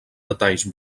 detalls